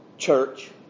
church